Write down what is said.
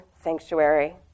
sanctuary